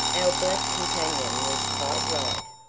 our black companion was quite right.